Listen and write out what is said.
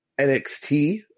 NXT